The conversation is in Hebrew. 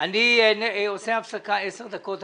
אני עושה 10 דקות הפסקה.